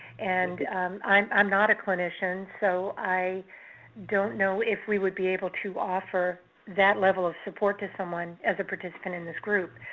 and i'm i'm not a clinician, so i don't know if we would be able to offer that level of support to someone as a participant in this group.